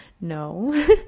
No